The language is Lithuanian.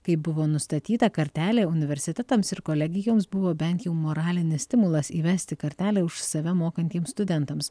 kai buvo nustatyta kartelė universitetams ir kolegijoms buvo bent jau moralinis stimulas įvesti kartelę už save mokantiems studentams